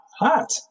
hot